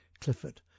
Clifford